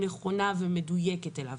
נכונה ומדויקת אליו.